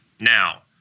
Now –